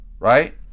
Right